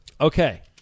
okay